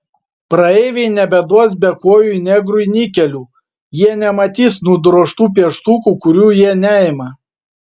praeiviai nebeduos bekojui negrui nikelių jie nematys nudrožtų pieštukų kurių jie neima